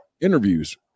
interviews